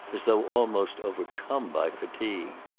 as though almost overcome by fatigue.